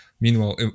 meanwhile